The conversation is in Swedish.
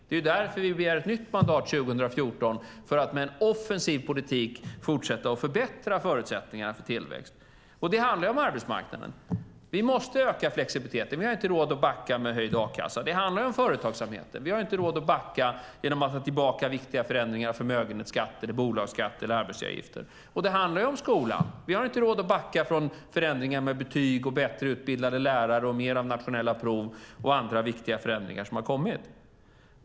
Det är därför vi begär ett nytt mandat 2014 för att med en offensiv politik fortsätta att förbättra förutsättningarna för tillväxt. Det handlar om arbetsmarknaden. Vi måste öka flexibiliteten. Vi har inte råd att backa med höjd a-kassa. Det handlar om företagsamheten. Vi har inte råd att backa genom att ta tillbaka viktiga förändringar av förmögenhetsskatt, bolagsskatt eller arbetsgivaravgifter. Det handlar om skolan. Vi har inte råd att backa från förändringar med betyg, bättre utbildade lärare, mer nationella prov och andra viktiga förändringar som har kommit.